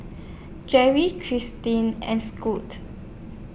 J V Kristie and Scot